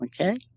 okay